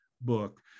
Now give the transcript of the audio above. book